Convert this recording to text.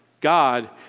God